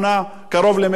קרוב למיליארד שקל.